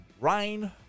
rain